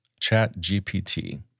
ChatGPT